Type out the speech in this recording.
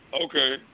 Okay